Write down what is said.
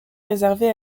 réservé